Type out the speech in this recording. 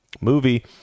movie